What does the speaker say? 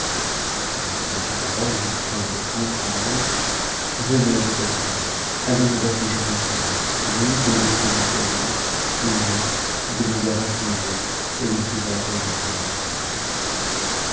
en achevant ces noies et en prenant le prince par la main venez ajouta t it allons afiliger ensemble vous d'aimer sans espérance et moi de vous voir aftiigé et de ne pouvoir remédier a votre mal